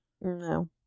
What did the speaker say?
No